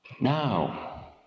Now